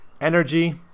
energy